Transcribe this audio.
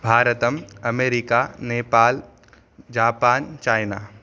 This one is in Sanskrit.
भारतम् अमेरिका नेपाल् जापान् चैना